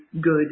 good